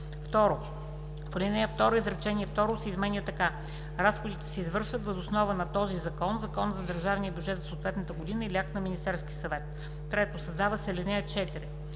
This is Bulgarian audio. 2. В ал. 2 изречение второ се изменя така: „Разходите се извършват въз основа на този закон, Закона за държавния бюджет за съответната година или акт на Министерския съвет.“ 3. Създава се ал. 4: